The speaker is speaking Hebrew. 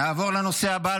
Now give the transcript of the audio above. נעבור לנושא הבא על